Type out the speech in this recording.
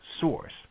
source